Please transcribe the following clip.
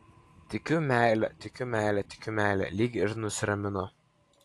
tikiu meile tikiu meile tikiu meile lyg ir nusiraminu